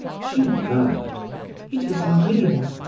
she murmured it is laurine.